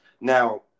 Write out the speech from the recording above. Now